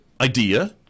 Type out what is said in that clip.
idea